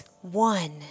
one